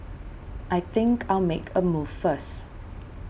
I think I'll make a move first